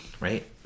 right